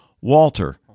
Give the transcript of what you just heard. Walter